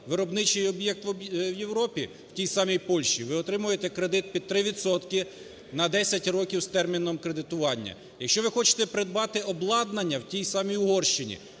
виробничій об'єкт в Європі, в тій самій Польщі, ви отримуєте кредит під 3 відсотки на 10 років з терміном кредитування. Якщо ви хочете придбати обладнання в тій самій Угорщині